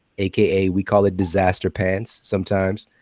aka we call it disaster pants sometimes.